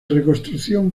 reconstrucción